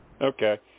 Okay